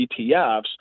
ETFs